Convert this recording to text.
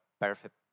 perfect